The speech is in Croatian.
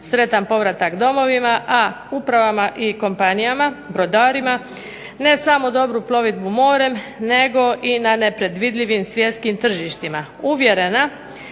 sretan povratak domovima, a upravama i kompanijama, brodarima ne samo dobru plovidbu morem, nego i na nepredvidljivim svjetskim tržištima.